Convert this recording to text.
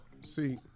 see